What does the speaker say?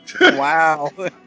Wow